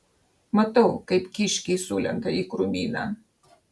matau kaip kiškiai sulenda į krūmyną